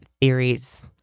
theories